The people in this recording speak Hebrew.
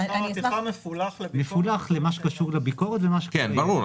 מפולח למה שקשור לביקורת ומה ש --- ברור.